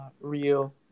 real